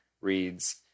Reads